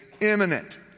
imminent